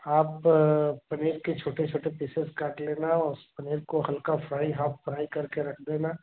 आप पनीर के छोटे छोटे पिसेस काट लेना और उस पनीर को हल्का फ्राई हाफ फ्राई कर के रख देना